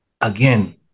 again